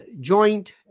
joint